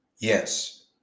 yes